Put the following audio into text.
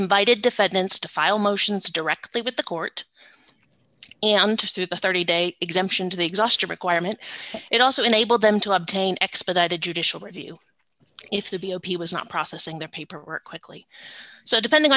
invited defendants to file motions directly with the court and interest to the thirty day exemption to the exhaustive requirement it also enabled them to obtain expedited judicial review if the b o p was not processing their paperwork quickly so depending